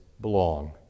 belong